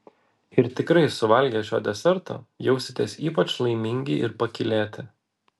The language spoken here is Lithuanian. ir tikrai suvalgę šio deserto jausitės ypač laimingi ir pakylėti